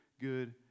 good